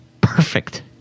perfect